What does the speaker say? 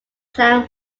klang